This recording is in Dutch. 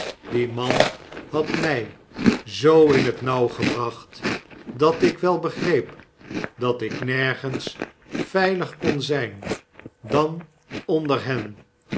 die man had mij zoo in het nauw gebracht dat ik wel begreep dat ik nergens veilig kon zijn dan onder hen